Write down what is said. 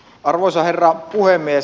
arvoisa herra puhemies